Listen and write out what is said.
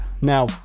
Now